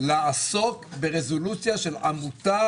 לעסוק ברזולוציה של עמותה